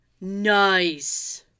Nice